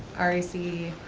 r a c?